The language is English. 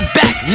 back